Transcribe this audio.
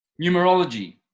numerology